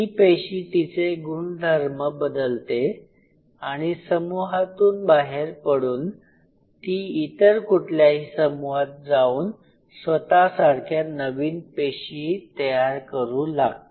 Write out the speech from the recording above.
ही पेशी तिचे गुणधर्म बदलते आणि समूहातून बाहेर पडून ती इतर कुठल्याही समूहात जाऊन स्वतः सारख्या नवीन पेशी तयार करू लागते